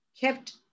kept